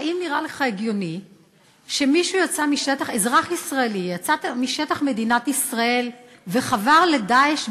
האם נראה לך הגיוני שאזרח ישראלי יצא משטח מדינת ישראל וחבר ל"דאעש"